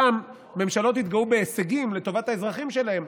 פעם ממשלות התגאו בהישגים לטובת האזרחים שלהם,